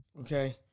okay